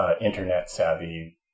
internet-savvy